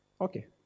Okay